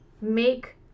make